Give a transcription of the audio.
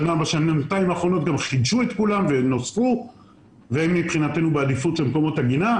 בשנתיים האחרונות גם חידשו את כולן ומבחינתנו הן בעדיפות למקומות עגינה,